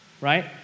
Right